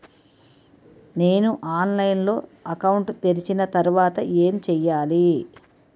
నేను ఆన్లైన్ లో అకౌంట్ తెరిచిన తర్వాత ఏం చేయాలి?